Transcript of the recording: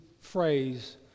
phrase